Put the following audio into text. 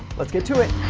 let's get to it.